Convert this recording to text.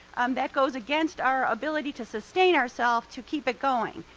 um that goes against our ability to sustain ourself to keep it going.